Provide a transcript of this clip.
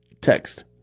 text